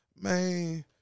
man